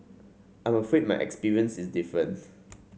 I'm afraid my experience is different